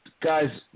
guys